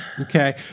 Okay